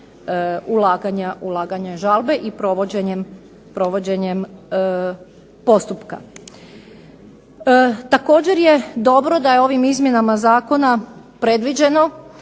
ulaganja žalbe i provođenjem postupka. Također je dobro da je ovim izmjenama zakona predviđeno